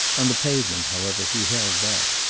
on the pavement, however, he held back.